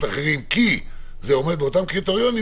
אחרים כי זה עומד באותם קריטריונים,